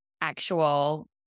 actual